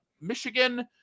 Michigan